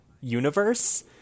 universe